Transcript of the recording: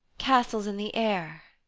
castles in the air,